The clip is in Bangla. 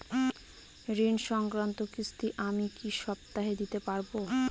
ঋণ সংক্রান্ত কিস্তি আমি কি সপ্তাহে দিতে পারবো?